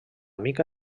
mica